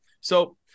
So-